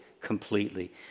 completely